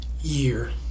year